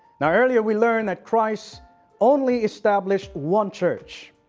now earlier we learned that christ only established one church,